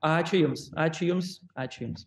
ačiū jums ačiū jums ačiū jums